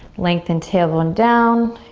lengthen tailbone down.